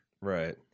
Right